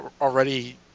already